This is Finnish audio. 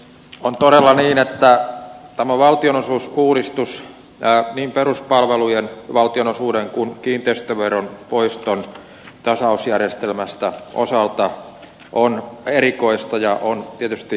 on todella niin että tämä valtionosuusuudistus niin peruspalvelujen valtionosuuden kuin kiinteistöveron tasausjärjestelmästä poiston osalta on erikoista ja on tietysti virhe